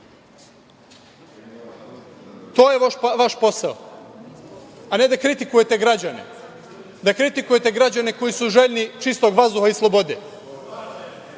je vaš posao, a ne da kritikujete građane, da kritikujete građane koji su željni čistog vazduha i slobode.